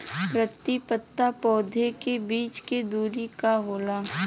प्रति पंक्ति पौधे के बीच के दुरी का होला?